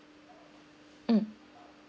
mm